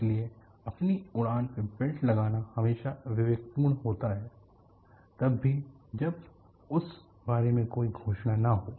इसलिए अपनी उड़ान पे बेल्ट लगाना हमेशा विवेकपूर्ण होता है तब भी जब उस बारे में कोई घोषणा न हो